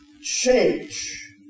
change